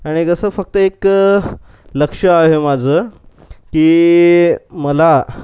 आणि कसं फक्त एक लक्ष आहे माझं की मला